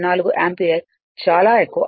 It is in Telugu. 4 యాంపియర్ చాలా ఎక్కువ